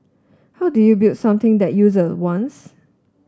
how do you build something that user wants